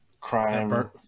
crime